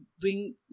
bring